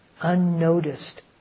unnoticed